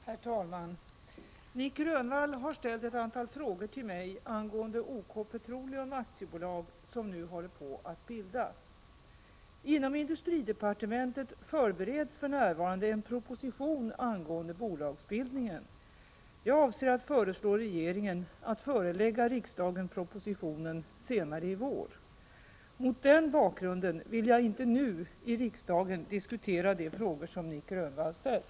Herr talman! Nic Grönvall har ställt ett antal frågor till mig angående OK Petroleum AB, som nu håller på att bildas. Inom industridepartementet förbereds för närvarande en proposition angående bolagsbildningen. Jag avser att föreslå regeringen att förelägga 23 riksdagen propositionen senare i vår. Mot den bakgrunden vill jag inte nu i riksdagen diskutera de frågor som Nic Grönvall ställt.